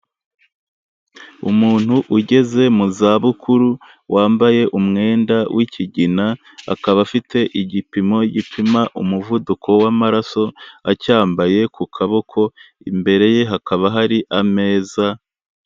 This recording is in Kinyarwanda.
Umuntu ugeze mu zabukuru wambaye umwenda w'ikigina, akaba afite igipimo gipima umuvuduko w'amaraso acyambaye ku kaboko, imbere ye hakaba hari ameza,..